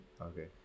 Okay